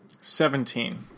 Seventeen